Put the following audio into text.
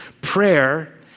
Prayer